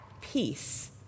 peace